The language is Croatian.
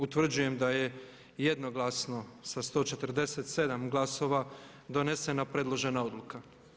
Utvrđujem da je jednoglasno sa 147 glasova donesena predložena odluka.